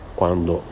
quando